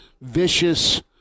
vicious